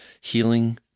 healing